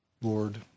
Lord